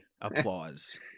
applause